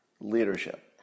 leadership